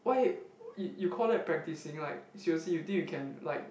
why you you call that practising like seriously you think you can like